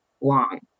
long